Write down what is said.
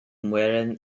mueren